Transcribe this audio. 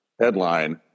headline